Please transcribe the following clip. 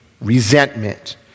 resentment